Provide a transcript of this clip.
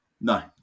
no